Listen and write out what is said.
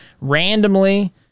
randomly